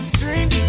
drink